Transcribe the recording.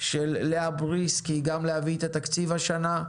של לאה בריסקין להביא את התקציב השנה,